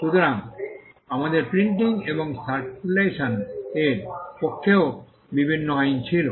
সুতরাং আমাদের প্রিন্টিং এবং সার্কুলেশন এর পক্ষেও বিভিন্ন আইন ছিল